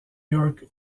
york